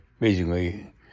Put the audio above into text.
amazingly